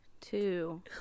two